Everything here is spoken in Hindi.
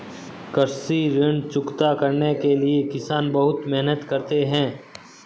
कृषि ऋण चुकता करने के लिए किसान बहुत मेहनत करते हैं